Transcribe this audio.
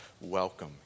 welcome